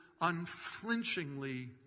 unflinchingly